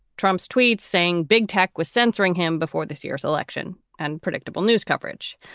trump's tweets saying big tech was censoring him before this year's election and predictable news coverage.